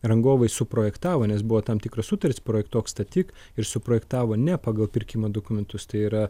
rangovai suprojektavo nes buvo tam tikros sutartys projektuok statyk ir suprojektavo ne pagal pirkimo dokumentus tai yra